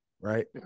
right